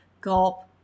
gulp